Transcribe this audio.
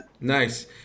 Nice